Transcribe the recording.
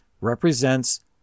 represents